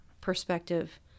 perspective